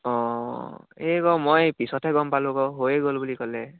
অঁ এই আকৌ মই পিছতহে গম পালোঁ আকৌ হৈয়ে গ'ল বুলি ক'লে